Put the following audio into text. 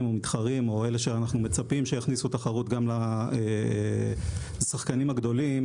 מתחרים או אלה שאנחנו מצפים שיכניסו תחרות גם לשחקנים הגדולים